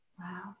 Wow